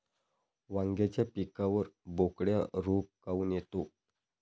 वांग्याच्या पिकावर बोकड्या रोग काऊन येतो?